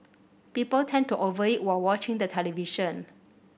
people tend to over eat while watching the television